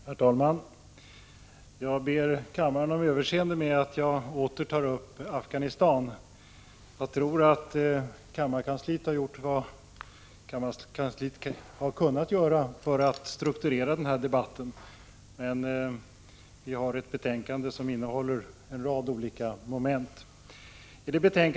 Herr talman! Jag ber kammaren om överseende med att jag åter tar upp frågan om Afghanistan. Jag tror att kammarkansliet har gjort vad som varit möjligt för att strukturera debatten, men det betänkande vi nu behandlar innehåller en rad olika moment.